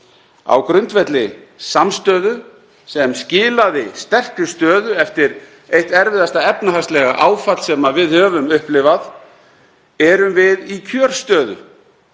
á grundvelli samstöðu sem skilaði sterkri stöðu. Eftir eitt erfiðasta efnahagslega áfall sem við höfum upplifað erum við í kjörstöðu